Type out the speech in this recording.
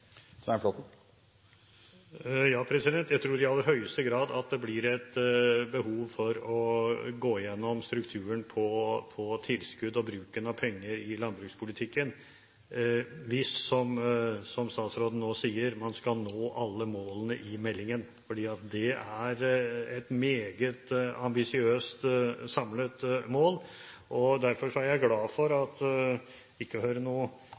Ja, jeg tror i aller høyeste grad at det blir et behov for å gå igjennom strukturen på tilskudd og bruken av penger i landbrukspolitikken, hvis – som statsråden nå sier – man skal nå alle målene i meldingen, for det er et meget ambisiøst samlet mål. Derfor er jeg glad for at om vi ikke hører